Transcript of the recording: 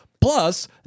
plus